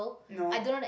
no